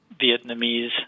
Vietnamese